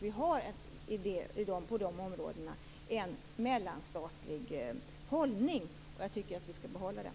Vi har på de områdena en mellanstatlig hållning. Jag tycker att vi skall behålla den.